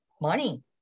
money